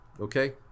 Okay